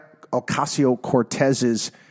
Ocasio-Cortez's